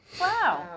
Wow